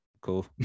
cool